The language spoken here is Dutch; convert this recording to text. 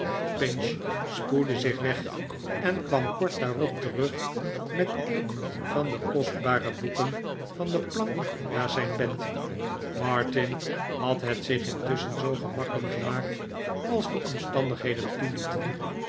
pinch spoedde zich weg en kwam kort daarop terug met een van de kostbare boeken van de plank naast zijn bed martin had het zich intusschen zoo gemakkelijk gemaakt als de omstandigheden toelieten